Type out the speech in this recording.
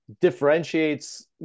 differentiates